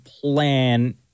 plan